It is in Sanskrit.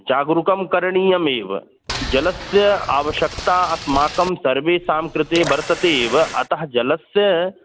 जागरूकं करणीयम् एव जलस्य आवश्यकता अस्माकं सर्वेषां कृते वर्तते एव अतः जलस्य